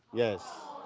yes.